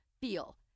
feel